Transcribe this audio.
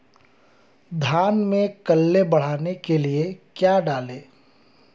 धान में कल्ले बढ़ाने के लिए क्या डालें?